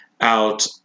out